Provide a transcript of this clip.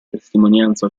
testimonianza